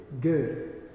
good